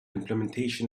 implementation